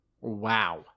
Wow